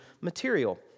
material